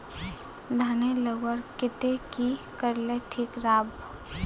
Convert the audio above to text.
धानेर लगवार केते की करले ठीक राब?